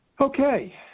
Okay